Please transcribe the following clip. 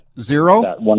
Zero